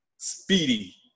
Speedy